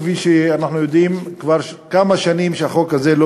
כפי שאנחנו יודעים שכבר כמה שנים החוק הזה לא